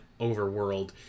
Overworld